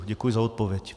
Děkuji za odpověď.